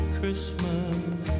Christmas